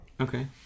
Okay